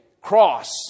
cross